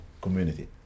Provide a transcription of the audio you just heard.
community